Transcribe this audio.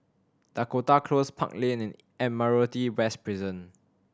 Dakota Close Park Lane and Admiralty West Prison